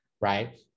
right